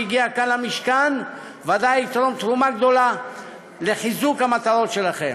שהגיע כאן למשכן וודאי יתרום תרומה גדולה לחיזוק המטרות שלכם.